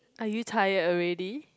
are you tired already